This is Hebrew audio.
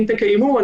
אם תקיימו,